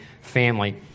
family